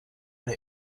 der